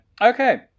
okay